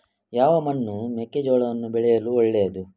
ಯಾವ ಮಣ್ಣು ಮೆಕ್ಕೆಜೋಳವನ್ನು ಬೆಳೆಯಲು ಒಳ್ಳೆಯದು?